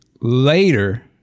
later